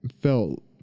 felt